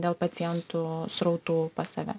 dėl pacientų srautų pas save